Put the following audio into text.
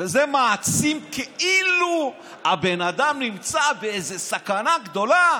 וזה מעצים כאילו הבן אדם נמצא באיזה סכנה גדולה.